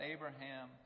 Abraham